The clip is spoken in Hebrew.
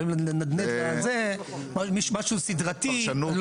משהו סדרתי.